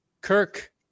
Kirk